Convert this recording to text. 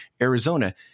Arizona